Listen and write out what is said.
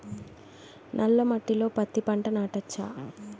నల్ల మట్టిలో పత్తి పంట నాటచ్చా?